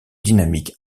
dynamique